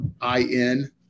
I-N